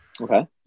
Okay